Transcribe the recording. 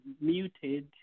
muted